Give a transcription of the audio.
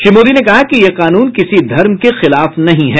श्री मोदी ने कहा कि यह कानून किसी धर्म के खिलाफ नहीं है